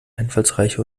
einfallsreiche